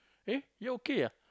eh you all okay ah